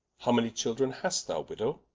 how many children hast thou, widow?